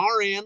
RN